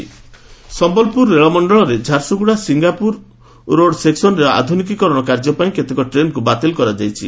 train ବାତିଲ ସମ୍ୟଲପୁର ରେଳ ମଣ୍ଡଳରେ ଝାରସୁଗୁଡ଼ା ସିଂଗାପୁରରୋଡ଼ ସେକସନରେ ଆଧୁନିକୀକରଣ କାର୍ଯ୍ୟ ପାଇଁ କେତେକ ଟ୍ରେନକୁ ବାତିଲ କରାଯାଇଛି